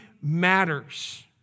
matters